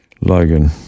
Logan